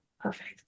Perfect